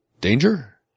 danger